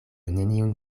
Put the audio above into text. neniun